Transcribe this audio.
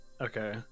Okay